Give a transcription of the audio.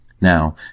Now